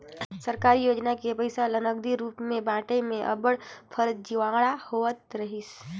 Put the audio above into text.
सरकारी योजना के पइसा ल नगदी रूप में बंटई में अब्बड़ फरजीवाड़ा होवत रहिस